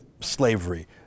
slavery